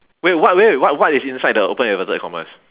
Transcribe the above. wait what wait what what is inside the open inverted commas